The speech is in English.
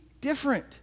different